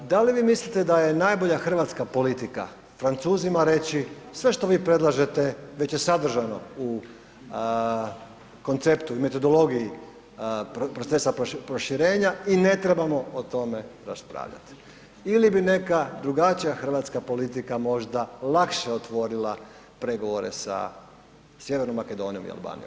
Da li vi mislite da je najbolja hrvatska politika Francuzima reći, sve što vi predlažete već je sadržano u konceptu i metodologiji procesa proširenja i ne trebamo o tome raspravljati ili bi neka drugačija hrvatska politika možda lakše otvorila pregovore sa Sjevernom Makedonijom i Albanijom?